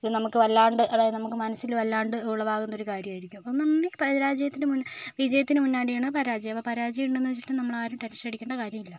നമുക്ക് വല്ലാണ്ട് അതായത് നമുക്ക് മനസ്സില് വല്ലാണ്ട് ഉളവാകുന്ന ഒരു കാര്യമായിരിക്കും ഒന്നൊ ഒന്ന് പരാജയത്തിൻ്റെ വിജയത്തിന് മുന്നാടിയാണ് പരാജയം അപ്പം ആ പരാജയം ഉണ്ടെന്ന് വെച്ചിട്ട് നമ്മളാരും ടെൻഷൻ അടിക്കണ്ട കാര്യമില്ല